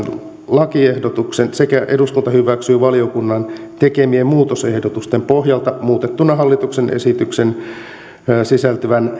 lakiehdotuksen sekä että eduskunta hyväksyy valiokunnan tekemien muutosehdotusten pohjalta muutettuna hallituksen esitykseen sisältyvät